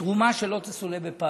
תרומה שלא תסולא בפז.